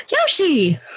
Yoshi